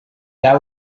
that